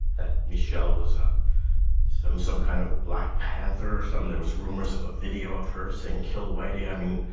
that michelle was um a some kind of black panther or something. there was rumors of a video of her saying kill whitey. i mean,